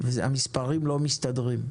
והמספרים לא מסתדרים,